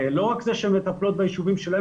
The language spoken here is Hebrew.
לא רק זה שהן מטפלות ביישובים שלהן,